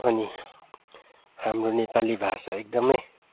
अनि हाम्रो नेपाली भाषा एकदमै